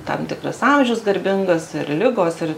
tam tikras amžius garbingas ir ligos ir